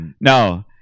no